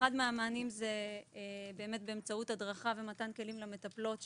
אחד מהמענים זה באמצעות הדרכה ומתן כלים למטפלות,